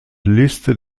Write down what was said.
liste